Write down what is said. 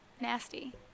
Nasty